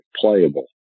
playable